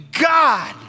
God